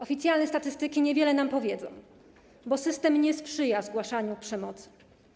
Oficjalne statystyki niewiele nam powiedzą, bo system nie sprzyja zgłaszaniu przemocy.